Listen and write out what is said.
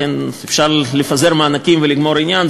אפשר לפזר מענקים ולגמור עניין,